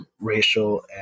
racial